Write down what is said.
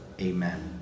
Amen